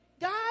God